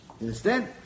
Understand